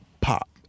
pop